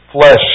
flesh